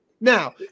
Now